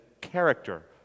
character